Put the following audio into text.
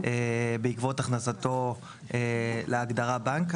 בעקבות הכנסתו להגדרה "בנק".